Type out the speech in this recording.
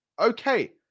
okay